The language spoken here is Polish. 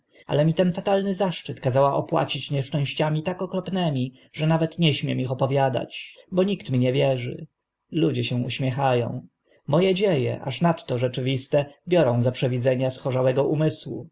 ale mi ten fatalny zaszczyt kazała opłacić nieszczęściami tak okropnymi że nawet nie śmiem ich opowiadać bo nikt mi nie wierzy ludzie się uśmiecha ą moe dzie e aż nadto rzeczywiste biorą za przywidzenia schorzałego umysłu